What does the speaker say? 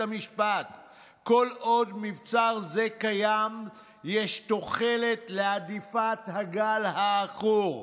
"כל עוד מבצר זה קיים יש תוחלת להדיפת הגל העכור,